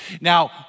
Now